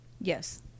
yes